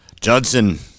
Judson